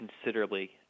considerably